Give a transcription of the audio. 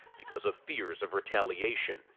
because of fears of retaliation.